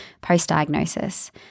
post-diagnosis